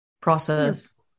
process